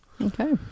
okay